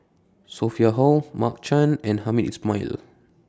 Sophia Hull Mark Chan and Hamed Ismail